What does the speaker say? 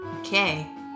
Okay